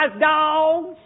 dogs